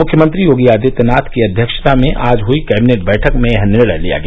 मुख्यमंत्री योगी आदित्यनाथ की अध्यक्षता में आज हुई कैंबिनेट बैठक में यह निर्णय लिया गया